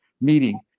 meeting